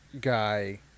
guy